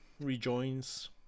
rejoins